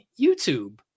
YouTube